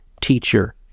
teacher